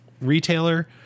retailer